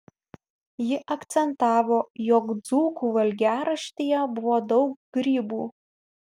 ji akcentavo jog dzūkų valgiaraštyje buvo daug grybų